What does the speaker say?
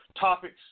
topics